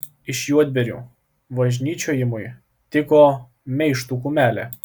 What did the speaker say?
iš juodbėrių važnyčiojimui tiko meištų kumelė